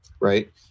right